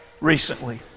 recently